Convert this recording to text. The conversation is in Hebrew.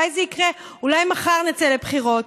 אולי זה יקרה, אולי מחר נצא לבחירות,